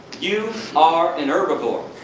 you are an herbivore.